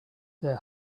their